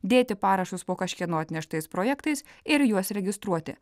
dėti parašus po kažkieno atneštais projektais ir juos registruoti